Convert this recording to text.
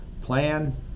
plan